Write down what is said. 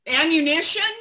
ammunition